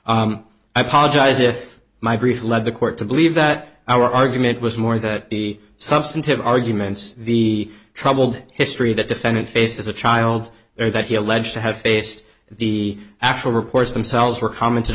i apologize if my brief led the court to believe that our argument was more that the substantive arguments the troubled history the defendant faced as a child or that he alleged to have faced the actual reports themselves were commented